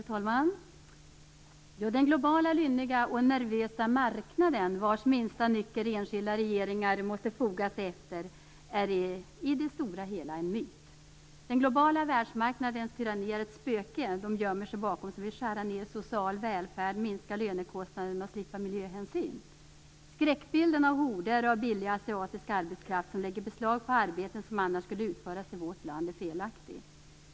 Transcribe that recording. Herr talman! "Den globala, lynniga och nervösa 'marknaden', vars minsta nycker enskilda regeringar måste foga sig efter, är i det stora hela en myt. Den globala världsmarknadens tyranni är ett spöke de gömmer sig bakom som vill skära ner social välfärd, minska lönekostnaderna och slippa miljöhänsyn. Skräckbilden av horder av billig asiatisk arbetskraft som lägger beslag på arbeten som annars skulle utföras i vårt land är felaktig.